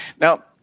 Now